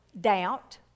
Doubt